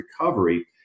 recovery